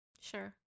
Sure